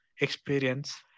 experience